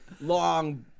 Long